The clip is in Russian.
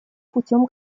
путем